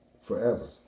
forever